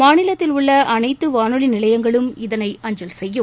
மாநிலத்தில் உள்ள அனைத்து வானொலி நிலையங்களும் இதனை அஞ்சல் செய்யும்